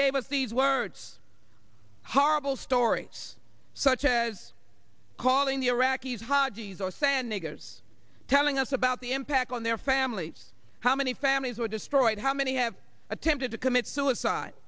gave us these words horrible stories such as calling the iraqi's hajis or sand niggers telling us about the impact on their families how many families were destroyed how many have attempted to commit suicide